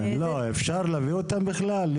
אפשר להביא אותם בכלל?